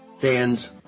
fans